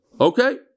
Okay